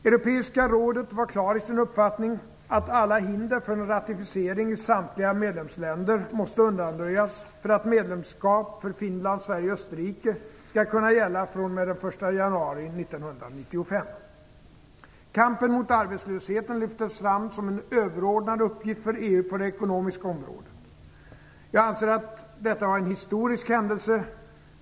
Europeiska rådet var klar i sin uppfattning att alla hinder för en ratificering i samtliga medlemsländer måste undanröjas för att medlemskap för Finland, Kampen mot arbetslösheten lyftes fram som en överordnad uppgift för EU på det ekonomiska området. Jag anser att detta var en historisk händelse.